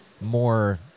more